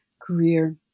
career